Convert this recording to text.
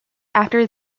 after